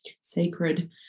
sacred